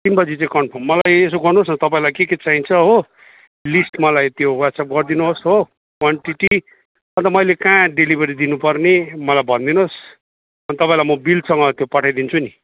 तिन बजी चाहिँ कन्फर्म मलाई यसो गर्नुहोस् न तपाईँलाई के के चाहिन्छ हो लिस्ट मलाई त्यो वाट्सएप गरिदिनु होस् हो क्वान्टिटी अन्त मैले कहाँ डेलिभरी दिनुपर्ने मलाई भनिदिनु होस् अनि तपाईँलाई म बिलसँग त्यो पठाइदिन्छु नि